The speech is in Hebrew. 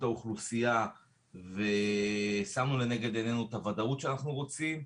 האוכלוסייה ושמנו לנגד עינינו את הוודאות שאנחנו רוצים,